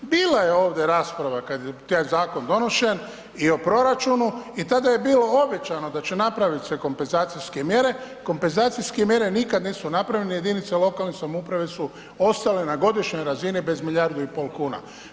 Bila je ovde rasprava kad je taj zakon donošen i o proračunu i tada je bilo obećano da će napravit se kompenzacijske mjere, kompenzacijske mjere nikad nisu napravljene, jedinice lokalne samouprave su ostale na godišnjoj razini bez milijardu i pol kuna.